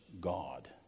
God